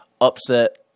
upset